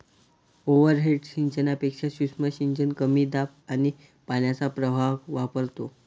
overhead सिंचनापेक्षा सूक्ष्म सिंचन कमी दाब आणि पाण्याचा प्रवाह वापरतो